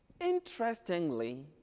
Interestingly